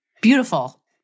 Beautiful